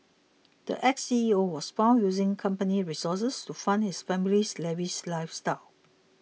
the ex C E O was found using company resources to fund his family's lavish lifestyles